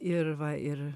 ir va ir